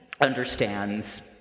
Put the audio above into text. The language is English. understands